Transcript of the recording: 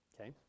Okay